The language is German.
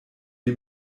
die